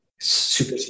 Super